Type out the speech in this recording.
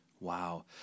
Wow